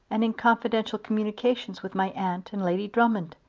and in confidential communications with my aunt and lady drummond.